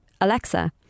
Alexa